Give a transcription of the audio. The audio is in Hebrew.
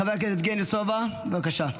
חבר הכנסת יבגני סובה, בבקשה.